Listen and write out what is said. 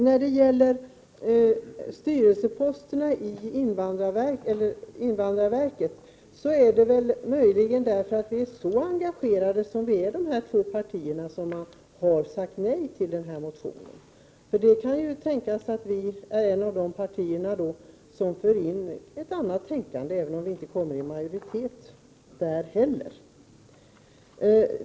När det gäller styrelseplatserna i invandrarverket är det möjligt att vi inte får några beroende på att miljöpartiet och vpk är så engagerade att de andra har sagt nej till motionen. Det kan ju tänkas att vi är partier som för in ett annat tänkande, även om vi inte skulle vara i majoritet i invandrarverkets styrelse heller.